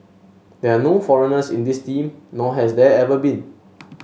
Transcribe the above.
there are no foreigners in this team nor has there ever been